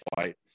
fight